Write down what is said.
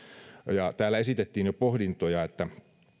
täällä esitettiin jo pohdintoja että